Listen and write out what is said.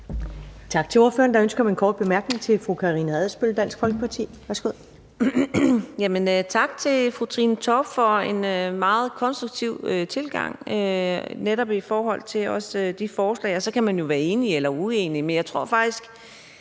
Tak til ordføreren. Der er ønske om en kort bemærkning fra fru Karina Adsbøl, Dansk Folkeparti. Værsgo. Kl. 19:36 Karina Adsbøl (DF): Tak til fru Trine Torp for en meget konstruktiv tilgang, netop også i forhold til de forslag. Så kan man jo være enig eller uenig, men jeg tror faktisk,